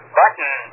button